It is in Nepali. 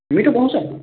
मीठो पाउँछ